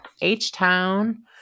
H-Town